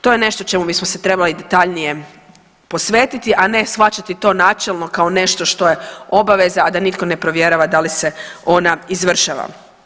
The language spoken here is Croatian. To je nešto čemu bismo se trebali detaljnije posvetiti, a ne shvaćati to načelno kao nešto što je obaveza, a da nitko ne provjerava da li se ona izvršava.